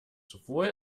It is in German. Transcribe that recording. sowohl